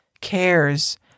cares